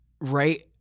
right